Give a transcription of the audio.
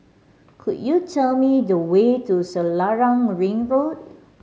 could you tell me the way to Selarang Ring Road